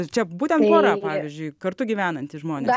čia būtent pora pavyzdžiui kartu gyvenantys žmonės